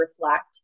reflect